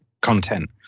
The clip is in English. content